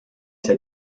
see